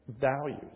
values